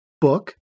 book